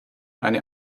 eine